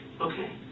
Okay